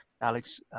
Alex